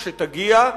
כשתגיע,